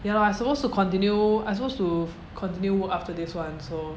ya lor I suppose to continue I suppose to continue work after this one so